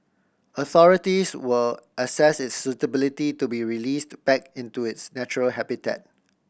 authorities will assess its suitability to be released back into its natural habitat